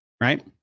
right